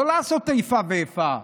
לא לעשות איפה ואיפה.